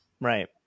right